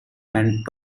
and